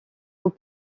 aux